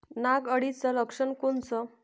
नाग अळीचं लक्षण कोनचं?